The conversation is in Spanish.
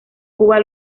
cuba